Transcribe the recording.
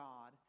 God